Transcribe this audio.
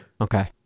Okay